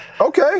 Okay